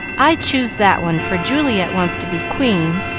i choose that one, for juliet wants to be queen,